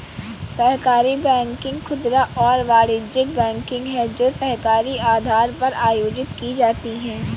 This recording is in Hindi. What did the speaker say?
सहकारी बैंकिंग खुदरा और वाणिज्यिक बैंकिंग है जो सहकारी आधार पर आयोजित की जाती है